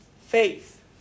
Faith